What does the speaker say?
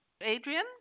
Adrian